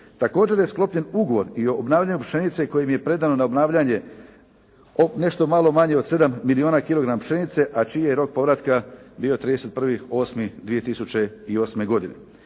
Također je sklopljen ugovor i o obnavljanju pšenice kojim je predano na obnavljanje nešto malo manje od 7 milijuna kilogram pšenice a čiji je rok povratka bio 31.8.2008. godine.